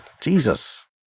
Jesus